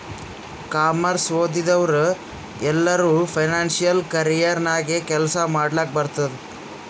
commerce ಓದಿದವ್ರು ಎಲ್ಲರೂ financial career ನಾಗೆ ಕೆಲ್ಸಾ ಮಾಡ್ಲಕ್ ಬರ್ತುದ್